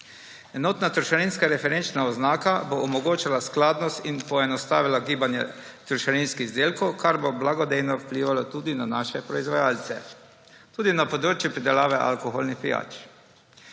Enotna trošarinska referenčna oznaka bo omogočala skladnost in poenostavila gibanje trošarinskih izdelkov, kar bo blagodejno vplivalo tudi na naše proizvajalce tudi na področju pridelave alkoholnih pijač.